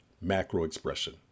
macro-expression